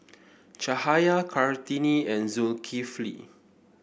Cahaya Kartini and Zulkifli